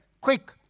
quick